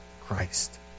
Christ